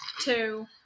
two